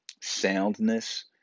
soundness